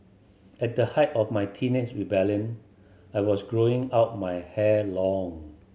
at the height of my teenage rebellion I was growing out my hair long